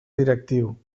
directiu